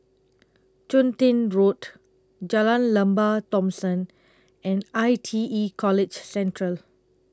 Chun Tin Road Jalan Lembah Thomson and I T E College Central